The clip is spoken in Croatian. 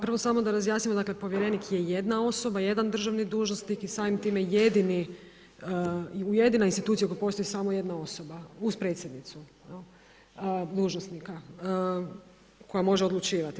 Prvo samo da razjasnim, dakle povjerenik je jedna osoba, jedan državni dužnosnik i samim tim jedina institucija u kojoj postoji samo jedna osoba uz predsjednicu dužnosnika koja može odlučivati.